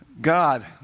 God